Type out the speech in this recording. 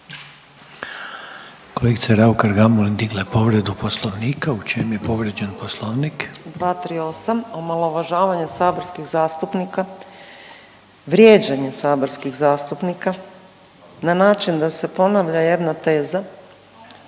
Kolegica Raukar-Gamulin digla je povredu Poslovnika. U čem je povrijeđen Poslovnik? **Raukar-Gamulin, Urša (Možemo!)** 238. omalovažavanje saborskih zastupnika, vrijeđanje saborskih zastupnika na način da se ponavlja jedna teza